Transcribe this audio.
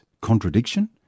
contradiction